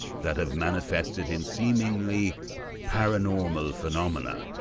that have manifested in seemingly paranormal phenomena.